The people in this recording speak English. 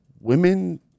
Women